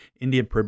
Indian